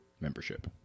membership